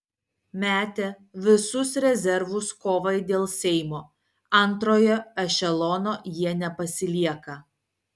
metę visus rezervus kovai dėl seimo antrojo ešelono jie nepasilieka